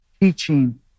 teaching